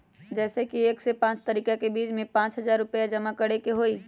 जैसे कि एक से पाँच तारीक के बीज में पाँच हजार रुपया जमा करेके ही हैई?